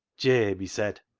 jabe, he said,